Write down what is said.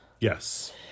Yes